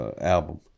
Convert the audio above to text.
album